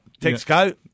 Texco